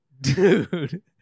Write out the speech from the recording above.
Dude